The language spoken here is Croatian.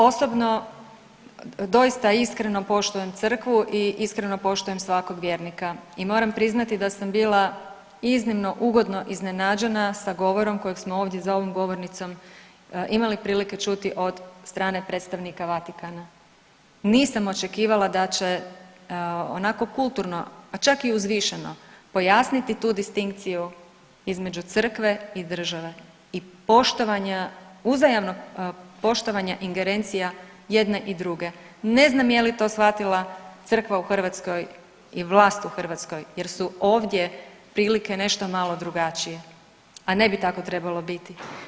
Osobno doista iskreno poštujem crkvu i iskreno poštujem svakog vjernika i moram priznati da sam bila iznimno ugodno iznenađena sa govorom kojeg smo ovdje za ovom govornicom imali prilike čuti od strane predstavnika Vatikana, nisam očekivala da će onako kulturno, pa čak i uzvišeno pojasniti tu distinkciju između crkve i države i poštovanja, uzajamnog poštovanja ingerencija jedne i druge, ne znam je li to shvatila crkva u Hrvatskoj i vlast u Hrvatskoj jer su ovdje prilike nešto malo drugačije, a ne bi tako trebalo biti.